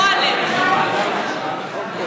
גועל נפש.